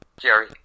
Jerry